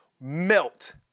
melt